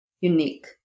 unique